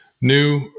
new